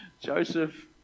Joseph